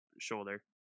Shoulder